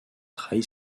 trahi